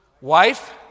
wife